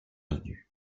bienvenue